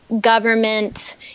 government